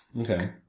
Okay